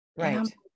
right